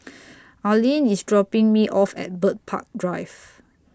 Arline IS dropping Me off At Bird Park Drive